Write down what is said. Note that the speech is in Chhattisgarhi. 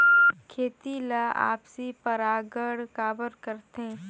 खेती ला आपसी परागण काबर करथे?